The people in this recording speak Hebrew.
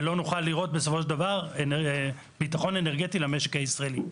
ולא נוכל לראות ביטחון אנרגטי למשק הישראלי.